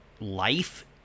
life